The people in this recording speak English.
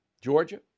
Georgia